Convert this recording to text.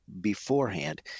beforehand